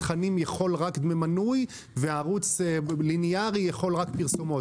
תכנים יכול רק דמי מנוי וערוץ ליניארי יכול רק פרסומות.